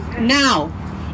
Now